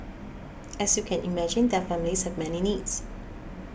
as you can imagine their families have many needs